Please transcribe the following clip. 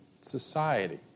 society